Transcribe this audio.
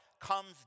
comes